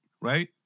right